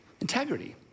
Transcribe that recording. Integrity